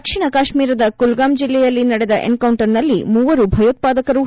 ದಕ್ಷಿಣ ಕಾಶ್ವೀರದ ಕುಲ್ಗಾಮ್ ಜಿಲ್ಲೆಯಲ್ಲಿ ನಡೆದ ಎನ್ಕೌಂಟರ್ನಲ್ಲಿ ಮೂವರು ಭಯೋತ್ವಾದಕರು ಪತ